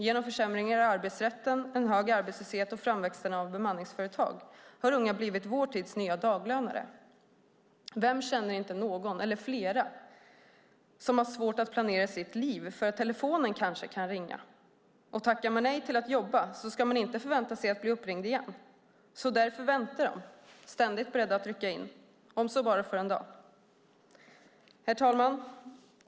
Genom försämringar i arbetsrätten, en hög arbetslöshet och framväxten av bemanningsföretag har unga blivit vår tids nya daglönare. Vem känner inte någon eller flera som har svårt att planera sitt liv därför att telefonen kanske kan ringa? Tackar man nej till att jobba ska man nämligen inte förvänta sig att bli uppringd igen. Därför väntar man, ständigt beredda att rycka in - om så bara för en dag. Herr talman!